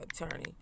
attorney